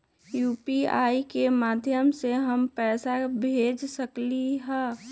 UPI के माध्यम से हम पैसा भेज सकलियै ह?